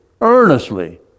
earnestly